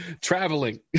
traveling